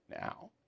now